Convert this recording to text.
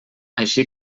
així